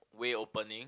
way opening